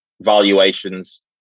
valuations